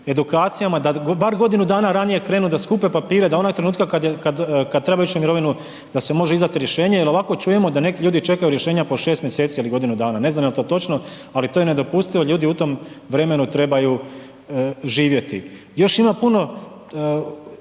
edukacijama da bar godinu dana ranije krenu, da skupe papire, da onoga trenutka kada treba ići u mirovinu da se može izdati rješenje jel ovako čujemo da neki ljudi čekaju rješenja po šest mjeseci ili godinu dana. Ne znam jel to točno, ali to je nedopustivo ljudi u tom vremenu trebaju živjeti. Još ima puno